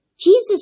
Jesus